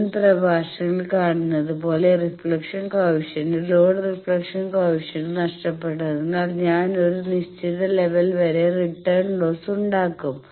മുൻ പ്രഭാഷണങ്ങളിൽ കാണുന്നത് പോലെ reflection coefficient load reflection coefficient നഷ്ടപ്പെട്ടതിനാൽ ഞാൻ ഒരു നിശ്ചിത ലെവൽ വരെ റിട്ടേൺ ലോസ് ഉണ്ടാക്കും